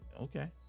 Okay